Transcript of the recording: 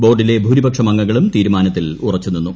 ബോർഡിലെ ഭൂരിപക്ഷം അംഗങ്ങളും തീരുമാന ത്തിൽ ഉറച്ചുനിന്നു